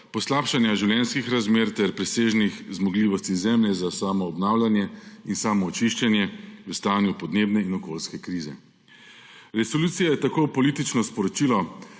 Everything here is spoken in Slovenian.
poslabšanja življenjskih razmer ter presežnih zmogljivosti zemlje za samoobnavljanje in samoočiščenje v stanju podnebne in okoljske krize. Resolucija je tako politično sporočilo,